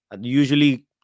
Usually